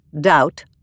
doubt